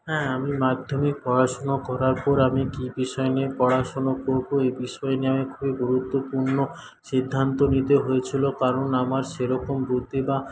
হ্যাঁ আমি মাধ্যমিক পড়াশুনো করার পর আমি কি বিষয় নিয়ে পড়াশুনো করব এই বিষয় নিয়ে আমি খুবই গুরুত্বপূর্ণ সিদ্ধান্ত নিতে হয়েছিলো কারণ আমার সেরকম বুদ্ধি বা